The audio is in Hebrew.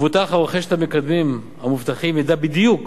המבוטח הרוכש את המקדמים המובטחים ידע בדיוק